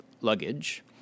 luggage